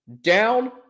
down